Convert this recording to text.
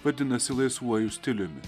vadinasi laisvuoju stiliumi